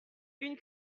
une